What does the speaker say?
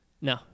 No